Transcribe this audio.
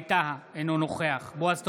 ווליד טאהא, אינו נוכח בועז טופורובסקי,